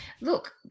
Look